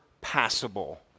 passable